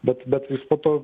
bet bet vis po to